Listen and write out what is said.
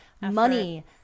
money